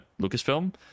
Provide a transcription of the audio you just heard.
Lucasfilm